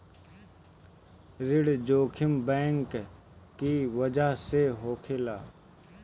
ऋण जोखिम बैंक की बजह से होखेला